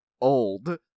old